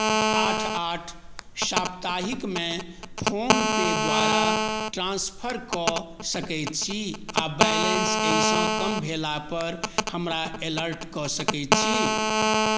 आठ आठ साप्ताहिकमे फोनपे द्वारा ट्रान्सफर कऽ सकै छी आओर बैलेन्स एहिसँ कम भेलापर हमरा अलर्ट कऽ सकै छी